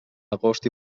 agost